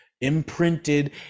imprinted